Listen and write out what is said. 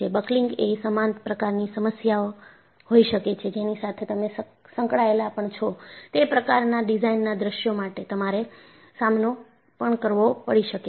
buckling એ સમાન પ્રકાર ની સમસ્યા હોઈ શકે છે જેની સાથે તમે સંકળાયેલા પણ છો તે પ્રકારના ડિઝાઇન ના દૃશ્યો માટે તમારે સામનો પણ કરવો પડી શકે છે